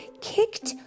kicked